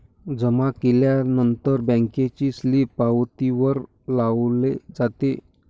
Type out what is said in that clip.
जमा केल्यानंतर बँकेचे सील पावतीवर लावले जातो